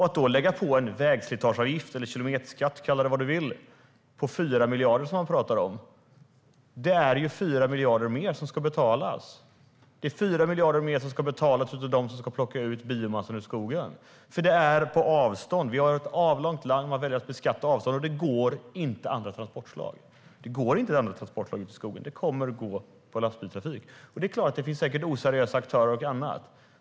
Att då lägga på en vägslitageavgift, kilometerskatt, eller kalla det vad du vill, på 4 miljarder som man talar om innebär 4 miljarder mer som ska betalas. Det är 4 miljarder mer som ska betalas av dem som ska plocka ut biomassan ur skogen. Det handlar om avstånd. Vi har ett avlångt land. Man väljer att beskatta avstånd. Det går inte andra transportslag ut i skogen. Det kommer att gå med lastbilstrafik. Det finns säkert oseriösa aktörer och annat.